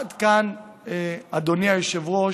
עד כאן, אדוני היושב-ראש,